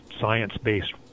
science-based